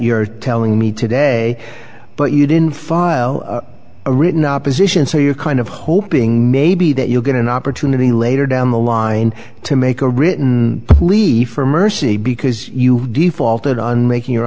you're telling me today but you didn't file a written opposition so you're kind of hoping maybe that you'll get an opportunity later down the line to make a written plead for mercy because you have defaulted on making your